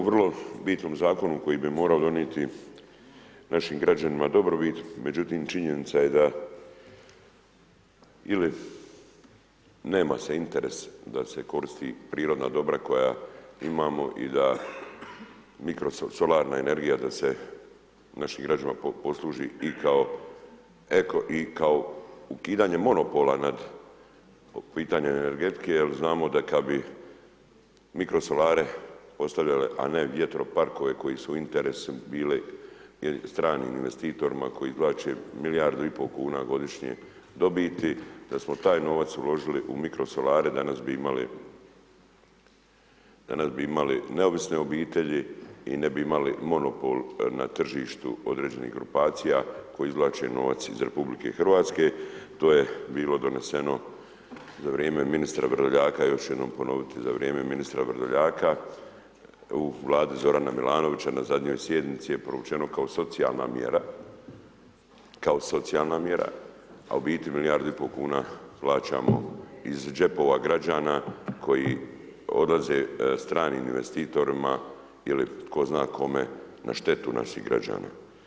Govorimo o vrlo bitnom zakonu koji bi morao donijeti našim građanima dobrobit međutim činjenica je da ili nema se interes da se koristi prirodna dobra koja imamo i da mikrosolarne energije da se našim građanima posluži i kao ukidanje monopola po pitanju energetike jer znamo da kad bi mikrosolare postavljali a ne vjetroparkove koji su i interesu bili stranim investitorima koji izvlače milijardu i pol kuna godišnje dobiti, da smo taj novac uložili u mikrosolare, danas bi imali neovisne obitelji i ne bi imali monopol na tržištu određenih grupacija koje izvlače novac iz RH, to je bilo doneseno za vrijeme ministra Vrdoljaka, još jednom ću ponoviti za vrijeme ministar Vrdoljaka u Vladi Zorana Milanovića, na zadnjoj sjednici je provučeno kao socijalna mjera, kao socijalna mjera a u biti milijardu i pol kuna plaćamo iz džepova građana koji odlaze stranim investitorima ili tko zna kome na štetu naših građana.